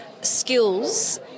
skills